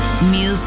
Music